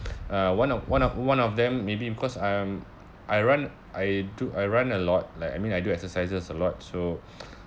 uh one of one of one of them maybe because um I run I do I run a lot like I mean I do exercises a lot so